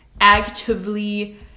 actively